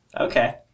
Okay